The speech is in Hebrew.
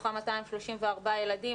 מתוכם 234 ילדים,